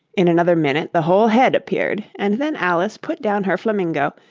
in another minute the whole head appeared, and then alice put down her flamingo,